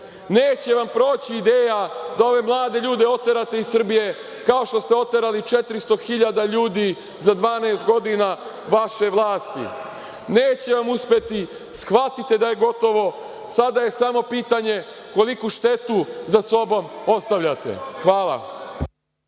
Neće vam proći ideja da ove mlade ljude oterate iz Srbije kao što ste oterali 400.000 ljudi za 12 godina vaše vlasti. Neće vam uspeti, shvatite da je gotovo. Sada je samo pitanje koliku štetu za sobom ostavljate. Hvala.